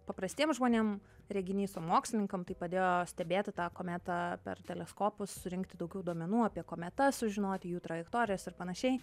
paprastiem žmonėm reginys o mokslininkam tai padėjo stebėti tą kometą per teleskopus surinkti daugiau duomenų apie kometas sužinoti jų trajektorijas ir panašiai